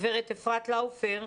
הגברת אפרת לאופר,